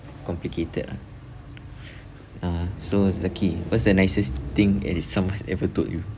complicated ah uh so zaki what's the nicest thing and did someone ever told you